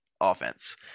offense